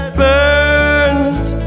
burns